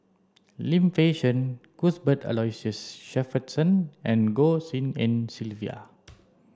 Lim Fei Shen Cuthbert Aloysius Shepherdson and Goh Tshin En Sylvia